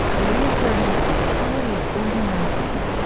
reasserting the vitality of ordinary things,